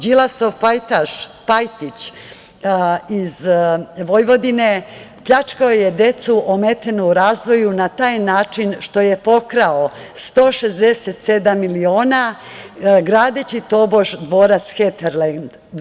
Đilasov pajtaš Pajtić iz Vojvodine pljačkao je decu ometenu u razvoju na taj način što je pokrao 167 miliona, gradeći, tobože, dvorac „Heterlend“